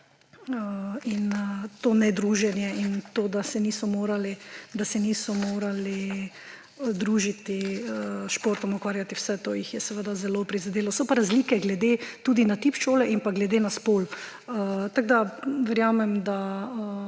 in to nedruženje in to, da se niso mogli družiti, s športom ukvarjati, vse to jih je seveda zelo prizadelo. So pa razlike glede tudi na tip šole in pa glede na spol. Tako verjamem,